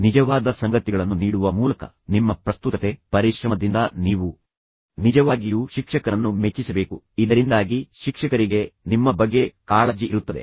ನಿಜವಾದ ಸಂಗತಿಗಳನ್ನು ನೀಡುವ ಮೂಲಕ ನಿಮ್ಮ ಪ್ರಸ್ತುತತೆ ಪರಿಶ್ರಮದಿಂದ ನೀವು ನಿಜವಾಗಿಯೂ ಶಿಕ್ಷಕನನ್ನು ಮೆಚ್ಚಿಸಬೇಕು ಇದರಿಂದಾಗಿ ಶಿಕ್ಷಕರಿಗೆ ನಿಮ್ಮ ಬಗ್ಗೆ ಕಾಳಜಿ ಇರುತ್ತದೆ